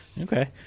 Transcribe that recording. okay